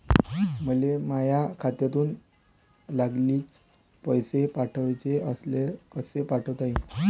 मले माह्या खात्यातून लागलीच पैसे पाठवाचे असल्यास कसे पाठोता यीन?